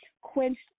quenched